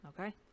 okay